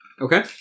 Okay